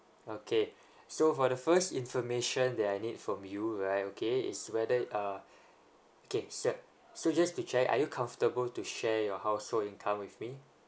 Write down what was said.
okay so for the first information that I need from you right okay is whether uh okay sir so just to check are you comfortable to share your household income with me